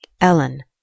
Ellen